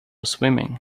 swimming